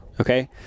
Okay